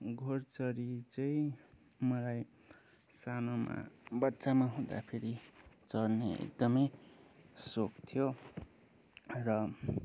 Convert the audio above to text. घोडचढी चाहिँ मलाई सानोमा बच्चामा हुँदाखेरि चढ्ने एकदमै सोख थियो र